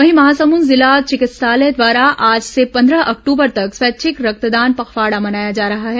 वहीं महासमुद जिला चिकित्सालय द्वारा आज से पंद्रह अक्टूबर तक स्वैच्छिक रक्तदान पखवाड़ा मनाया जा रहा है